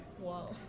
Wow